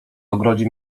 ogrodzie